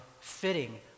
fitting